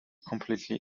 completely